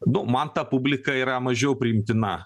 nu man ta publika yra mažiau priimtina